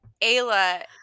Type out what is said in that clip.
Ayla